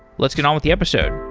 let's get on with the episode.